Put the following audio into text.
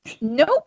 nope